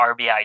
RBI